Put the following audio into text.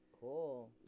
Cool